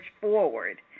forward